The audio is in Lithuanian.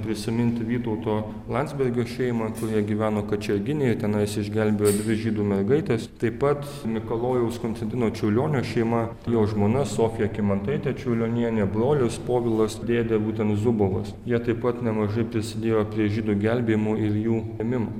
prisiminti vytauto landsbergio šeimą kurie gyveno kačerginėje tenais išgelbėjo dvi žydų mergaites tai pat mikalojaus konstantino čiurlionio šeima jo žmona sofija kymantaitė čiurlionienė brolis povilas dėdė būtent zubovas jie taip pat nemažai prisidėjo prie žydų gelbėjimo ir jų ėmimo